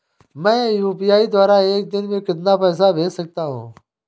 मैं यू.पी.आई द्वारा एक दिन में कितना पैसा भेज सकता हूँ?